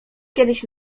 kiedyś